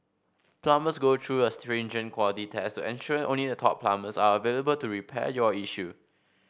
plumbers go through a stringent quality test to ensure only a top plumbers are available to repair your issue